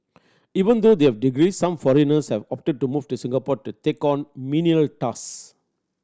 even though they have degrees some foreigners have opted to move to Singapore to take on menial tasks